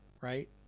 right